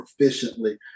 proficiently